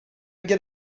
get